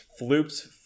Floops